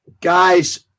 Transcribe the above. guys